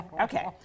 Okay